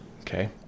Okay